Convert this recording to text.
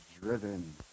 driven